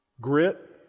Grit